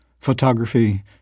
photography